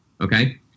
okay